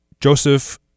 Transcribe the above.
Joseph